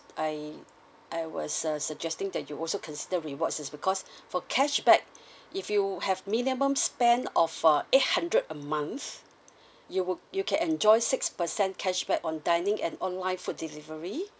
I I was uh suggesting that you also consider rewards is because for cashback if you have minimum spend of uh eight hundred a month you would you can enjoy six percent cashback on dining and online food delivery